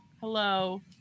hello